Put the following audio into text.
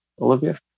Olivia